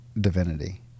divinity